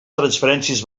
transferències